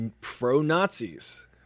pro-Nazis